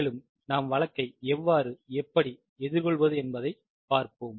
மேலும் நாம் வழக்கை எவ்வாறு எப்படி எதிர்கொள்வது என்பதை பார்ப்போம்